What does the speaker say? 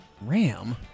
Ram